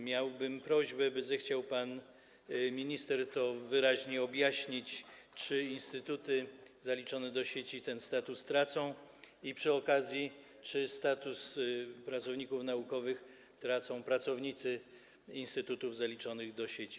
Miałbym prośbę, by zechciał pan minister wyraźnie objaśnić, czy instytuty zaliczone do sieci ten status tracą i przy okazji czy status pracowników naukowych tracą pracownicy instytutów zaliczonych do sieci.